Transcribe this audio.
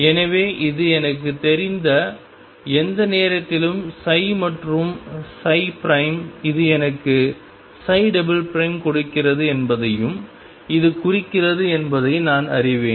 எனவே இது எனக்குத் தெரிந்து எந்த நேரத்திலும் மற்றும் இது எனக்குக் கொடுக்கிறது என்பதையும் இது குறிக்கிறது என்பதை நான் அறிவேன்